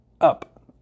up